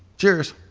cheers!